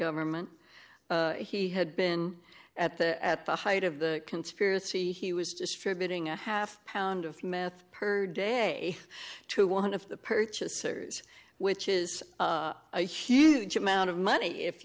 government he had been at the at the height of the conspiracy he was distributing a half pound of meth per day to one of the purchasers which is a huge amount of money if